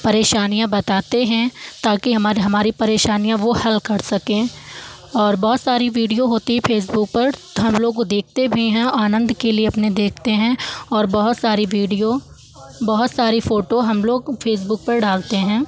परेशानियाँ बताते हैं ताकि हमारे हमारी परेशानियाँ वो हल कर सकें और बहुत सारी वीडियो होती है फ़ेसबुक पर हम लोगों को देखते भी हैं और आनंद के लिए अपने देखते हैं और बहुत सारी वीडियो और बहुत सारी फोटो हम लोग फ़ेसबुक पर डालते हैं